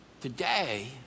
Today